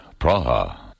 Praha